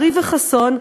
בריא וחסון,